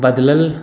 बदलल